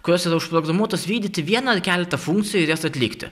kurios yra užprogramuotos vykdyti vieną ar keletą funkcijų ir jas atlikti